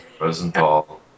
Rosenthal